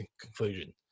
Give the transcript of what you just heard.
conclusion